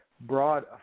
broad